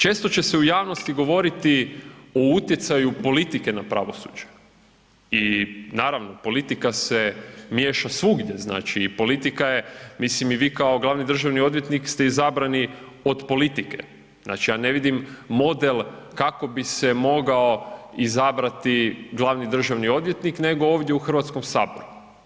Često će se u javnosti govoriti o utjecaju politike na pravosuđe, i naravno politika se miješa svugdje znači, politika je, mislim i vi kao glavni državni odvjetnik ste izabrani od politike, znači ja ne vidim model kako bi se mogao izabrati glavni državni odvjetnik, nego ovdje u Hrvatskom saboru.